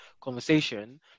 conversation